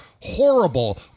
horrible